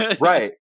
Right